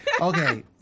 Okay